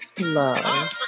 love